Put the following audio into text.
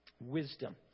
wisdom